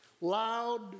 Loud